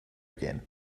again